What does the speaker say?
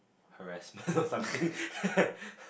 harassment or something